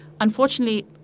Unfortunately